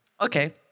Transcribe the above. Okay